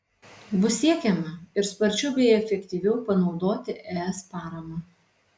bus siekiama ir sparčiau bei efektyviau panaudoti es paramą